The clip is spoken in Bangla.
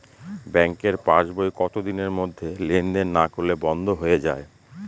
ব্যাঙ্কের পাস বই কত দিনের মধ্যে লেন দেন না করলে বন্ধ হয়ে য়ায়?